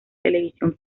televisión